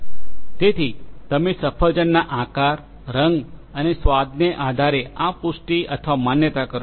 તેથી તમે સફરજનના આકાર રંગ અને સ્વાદને આધારે આ પુષ્ટિ અથવા માન્યતા કરો છો